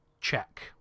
check